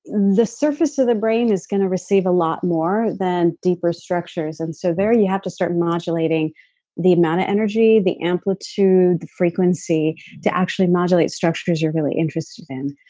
the surface of the brain is going to receive a lot more than deeper structures and so there you have to start modulating the amount of energy, the amplitude, the frequency to actually modulate structures you're really interested in